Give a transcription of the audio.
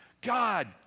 God